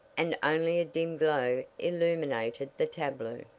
and only a dim glow illuminated the tableau.